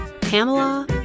Pamela